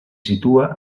situa